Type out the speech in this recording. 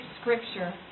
scripture